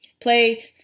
Play